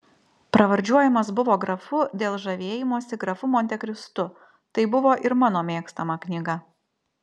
pravardžiuojamas buvo grafu dėl žavėjimosi grafu montekristu tai buvo ir mano mėgstama knyga